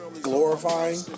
glorifying